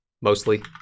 mostly